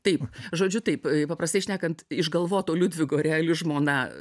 taip žodžiu taip paprastai šnekant išgalvoto liudvigo reali žmona